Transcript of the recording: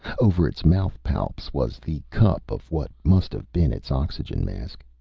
over its mouth-palps was the cup of what must have been its oxygen mask.